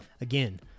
again